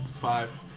Five